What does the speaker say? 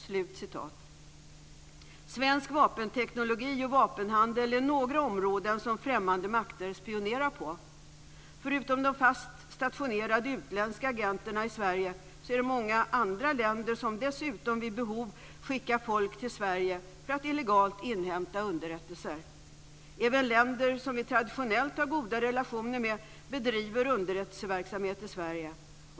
Svensk vapenteknologi och vapenhandel är några områden som främmande makter spionerar på. Förutom de fast stationerade utländska agenterna i Sverige är det många andra länder som dessutom vid behov skickar folk till Sverige för att illegalt inhämta underrättelser. Även länder som vi traditionellt har goda relationer med bedriver underrättelseverksamhet i Sverige.